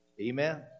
Amen